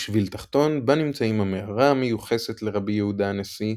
ושביל תחתון בה נמצאים המערה המיוחסת לרבי יהודה הנשיא,